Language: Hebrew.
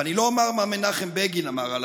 ואני לא אומר מה מנחם בגין אמר על